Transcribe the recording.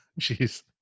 Jeez